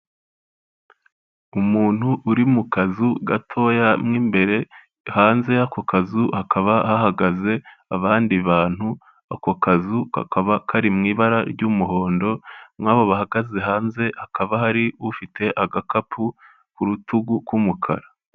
Umuntu uri mu kazu gatoya mo imbere, hanze y'ako kazu hakaba hahagaze abandi bantu, ako kazu kakaba kari mu ibara ry'umuhondo muri abo bahagaze hanze hakaba hari ufite agakapu ku rutugu k'umukara.